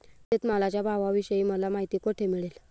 शेतमालाच्या भावाविषयी मला माहिती कोठे मिळेल?